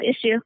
issue